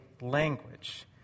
language